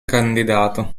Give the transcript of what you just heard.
candidato